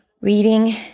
reading